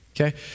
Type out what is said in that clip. Okay